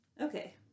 Okay